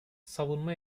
savunma